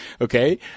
okay